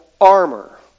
armor